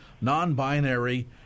Non-Binary